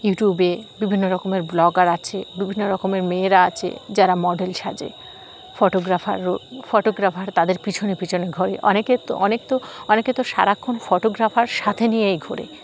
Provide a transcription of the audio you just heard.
ইউটিউবে বিভিন্ন রকমের ব্লগার বিভিন্ন রকমের মেয়েরা আছে যারা মডেল সাজে ফটোগ্রাফারও ফটোগ্রাফার তাদের পিছনে পিছনে ঘরে অনেকের তো অনেক তো অনেকে তো সারাক্ষণ ফটোগ্রাফার সাথে নিয়েই ঘোরে